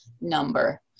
number